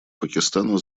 пакистана